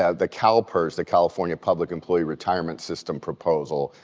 ah the calpers, the california public employee retirement system proposal,